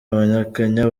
abanyakenya